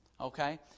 okay